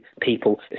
people